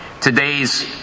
Today's